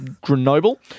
Grenoble